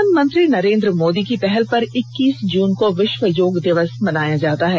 प्रधानमंत्री नरेंद्र मोदी की पहल पर इक्कीस जून को विश्व योग दिवस मनाया जाता है